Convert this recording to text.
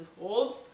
holds